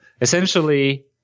Essentially